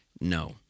No